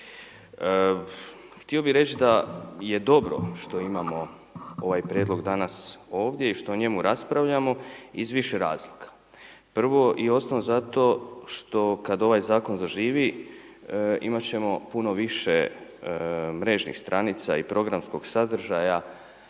Htio bih reći da je dobro što imamo ovaj Prijedlog danas i što o njemu raspravljamo iz više razloga. Prvo i osnovno zato što kad ovaj Zakon zaživi imat ćemo puno više mrežnih stranica i programskog sadržaja